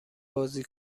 بازی